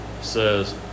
says